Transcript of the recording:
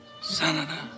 Senator